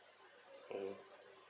mm